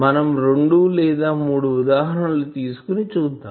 మనం రెండు లేదా మూడు ఉదాహరణలు తీసుకుని చూద్దాం